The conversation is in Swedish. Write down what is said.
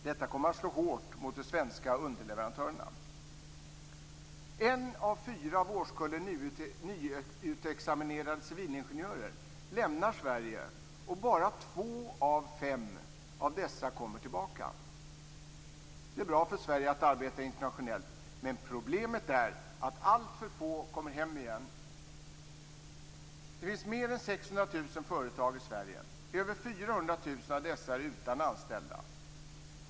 Detta kommer att slå hårt mot de svenska underleverantörerna. En av fyra av årskullen nyutexaminerade civilingenjörer lämnar Sverige och bara två av fem av dessa kommer tillbaka. Det är bra för Sverige att arbeta internationellt, men problemet är att alltför få kommer hem igen. Det finns mer än 600 000 företag i Sverige. Över 400 000 av dessa är utan anställda.